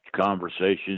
conversations